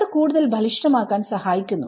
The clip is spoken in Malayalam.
അത് കൂടുതൽ ബലിഷ്ഠമാക്കാൻ സഹായിക്കുന്നു